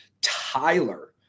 Tyler